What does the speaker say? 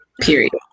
Period